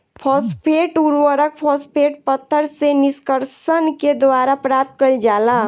phosphate उर्वरक, phosphate पत्थर से निष्कर्षण के द्वारा प्राप्त कईल जाला